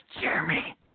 Jeremy